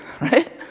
Right